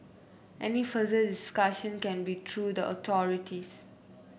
any further discussion can be through the authorities